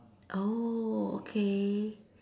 oh okay